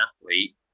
athlete